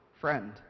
friend